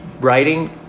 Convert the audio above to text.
writing